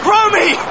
Romy